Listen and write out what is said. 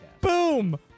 Boom